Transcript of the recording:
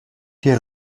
die